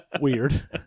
Weird